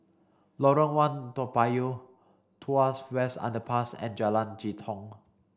Lorong One Toa Payoh Tuas West Underpass and Jalan Jitong